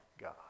God